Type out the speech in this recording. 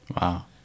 Wow